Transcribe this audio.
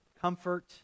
Comfort